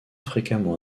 fréquemment